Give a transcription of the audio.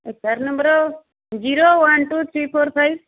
F I R number zero one two three four five